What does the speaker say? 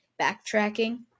backtracking